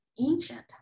ancient